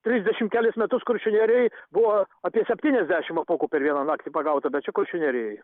trisdešimt kelis metus kuršių nerijoj buvo apie septyniasdešimt apuokų per vieną naktį pagauta bet čia kuršių nerijoj